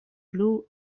plu